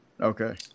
Okay